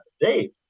Dave